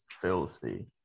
filthy